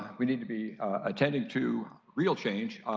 we need to be attending to real change.